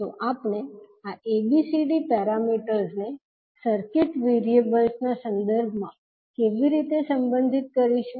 તો આપણે આ ABCD પેરામીટર્સને સર્કિટ વેરીએબલ્સના સંદર્ભમાં કેવી રીતે સંબંધિત કરીશું